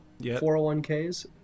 401ks